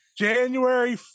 january